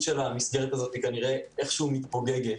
של המסגרת הזאת היא כנראה איכשהו מתפוגגת.